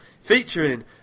featuring